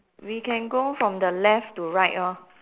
we can go from the left to right orh